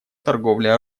торговле